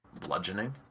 bludgeoning